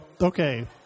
okay